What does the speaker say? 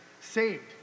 saved